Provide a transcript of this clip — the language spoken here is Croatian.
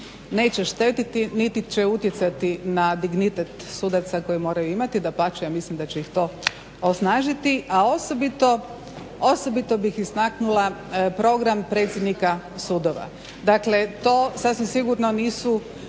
neće štetiti, niti će utjecati na dignitet sudaca koji moraju imati. Dapače, ja mislim da će ih to osnažiti, a osobito bih istaknula program predsjednika sudova. Dakle, to sasvim sigurno nisu